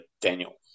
Daniel